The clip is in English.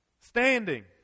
standing